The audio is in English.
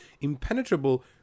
impenetrable